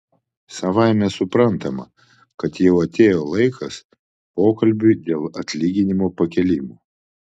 savaime suprantama kad jau atėjo laikas pokalbiui dėl atlyginimo pakėlimo